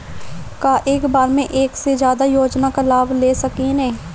का एक बार में हम एक से ज्यादा योजना का लाभ ले सकेनी?